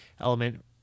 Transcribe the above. element